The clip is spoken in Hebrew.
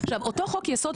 עכשיו אותו חוק יסוד,